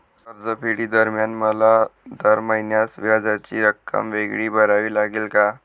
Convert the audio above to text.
कर्जफेडीदरम्यान मला दर महिन्यास व्याजाची रक्कम वेगळी भरावी लागेल का?